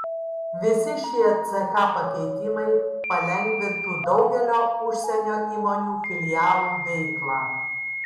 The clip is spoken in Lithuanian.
visi šie ck pakeitimai palengvintų daugelio užsienio įmonių filialų veiklą